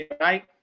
right